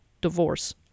divorce